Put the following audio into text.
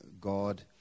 God